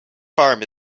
farm